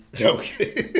Okay